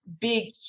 big